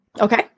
Okay